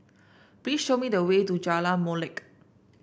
please show me the way to Jalan Molek